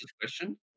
question